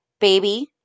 baby